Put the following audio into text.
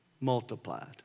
multiplied